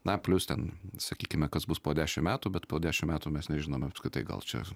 na plius ten sakykime kas bus po dešim metų bet po dešim metų mes nežinome apskritai gal čia